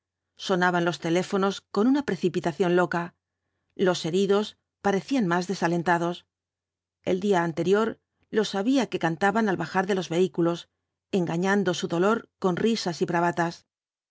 sonaban los teléfonos con una precipitación loca los heridos parecían más desalentados el día anterior los había que cantaban al bajar de los vehículos engañando su dolor con risas y bravatas